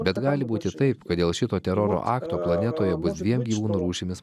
bet gali būti taip kad dėl šito teroro akto planetoje bus dviem gyvūnų rūšimis